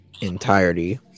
entirety